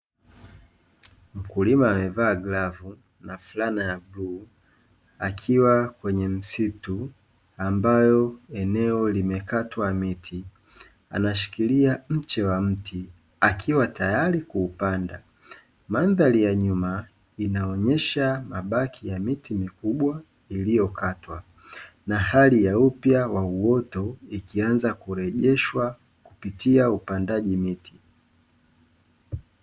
Mkulima amevaa glavu na fulana ya bluu akiwa kwenye msitu ambayo eneo limekatwa miti anashikilia mche wa mti akiwa tayari kuupanda. Mandhari ya nyuma inaonyesha mabaki ya miti mikubwa iliyokatwa na hali ya upya wa uoto ikianza kurejeshwa kupitia upandaji miti.